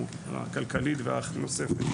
הכלכלית והנוספת.